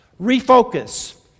Refocus